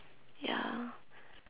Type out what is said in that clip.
ya